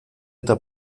eta